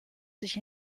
sich